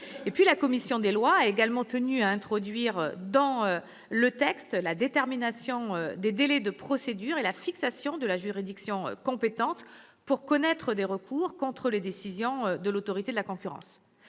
La commission des lois a également tenu à introduire dans le texte la détermination des délais de procédure et la fixation de la juridiction compétente pour connaître des recours contre les décisions de l'autorité de la concurrence.